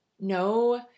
no